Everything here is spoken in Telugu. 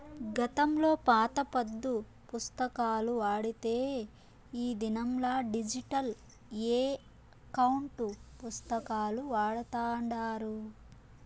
గతంలో పాత పద్దు పుస్తకాలు వాడితే ఈ దినంలా డిజిటల్ ఎకౌంటు పుస్తకాలు వాడతాండారు